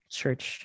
church